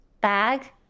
bag